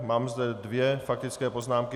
Mám zde dvě faktické poznámky.